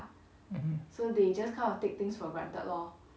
mm